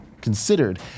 Considered